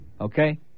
okay